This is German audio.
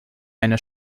eine